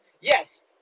Yes